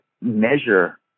measure